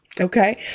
okay